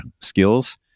skills